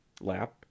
Lap